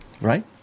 Right